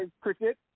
cricket